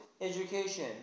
education